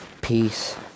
peace